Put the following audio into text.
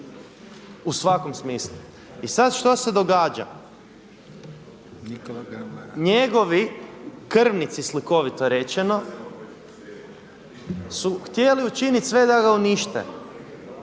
u svakom smislu. I sad što se događa? Njegovi krvnici slikovito rečeno su htjeli učiniti sve da ga unište.